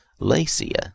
Lacia